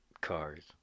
Cars